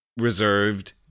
reserved